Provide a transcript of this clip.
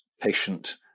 patient